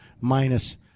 minus